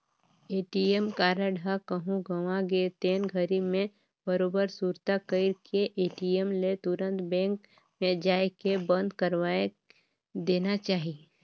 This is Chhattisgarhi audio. ए.टी.एम कारड ह कहूँ गवा गे तेन घरी मे बरोबर सुरता कइर के ए.टी.एम ले तुंरत बेंक मे जायके बंद करवाये देना चाही